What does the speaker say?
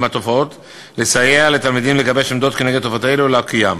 התופעות ולסייע לתלמידים לגבש עמדות נגד תופעות אלה ולהוקיען.